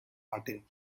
martin